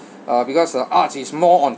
uh because uh arts is more on